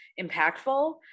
impactful